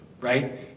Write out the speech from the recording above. right